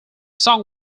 song